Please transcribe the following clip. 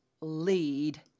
lead